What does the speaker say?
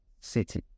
city